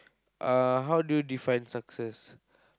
uh how do you define success